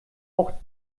auch